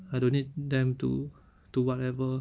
I don't need them to to whatever